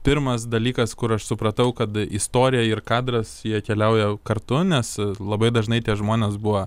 pirmas dalykas kur aš supratau kad istorija ir kadras jie keliauja kartu nes labai dažnai tie žmonės buvo